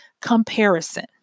comparison